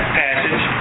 passage